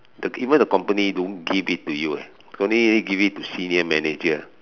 the even the company don't give it to you only give it to senior manager